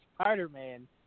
Spider-Man